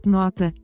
nota